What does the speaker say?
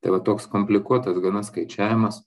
tai va toks komplikuotas gana skaičiavimas